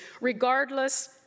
regardless